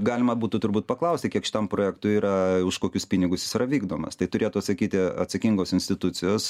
galima būtų turbūt paklausti kiek šitam projektui yra už kokius pinigus jis yra vykdomas tai turėtų atsakyti atsakingos institucijos